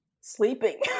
Sleeping